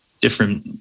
different